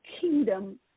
kingdom